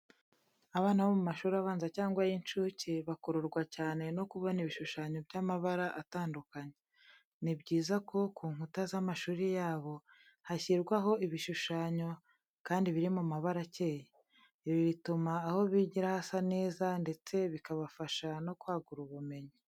Abana bo mu mashuri abanza cyangwa ay’incuke bakururwa cyane no kubona ibishushanyo by'amabara atandukanye. Ni byiza ko ku nkuta z'amashuri yabo hashyirwaho ibishushanyo, kandi biri mu mabara akeye. Ibi bituma aho bigira hasa neza ndetse bikabafasha no kwagura ubumenyi.